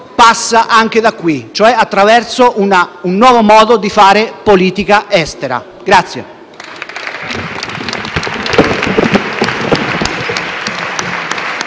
passa anche da qui, attraverso un nuovo modo di fare politica estera.